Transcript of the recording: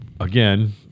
again